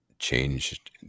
changed